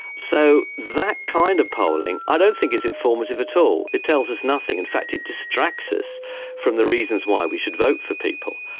so that kind of polling i don't think is informative at all. it tells us nothing. in fact it distracts us from the reasons why we should vote for people.